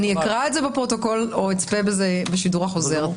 אני אקרא את זה בפרוטוקול או אצפה בזה בשידור החוזר,